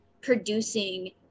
producing